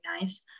nice